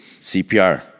CPR